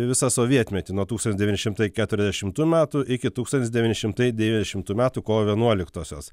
visą sovietmetį nuo tūkstantis devyni šimtai keturiasdešimtų metų iki tūkstantis devyni šimtai devyniasdešimtų metų kovo vienuoliktosios